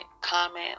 comment